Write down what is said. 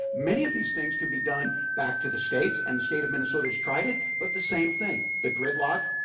many of these things can be done back to the states, and the state of minnesota has tried it, but the same thing. the gridlock.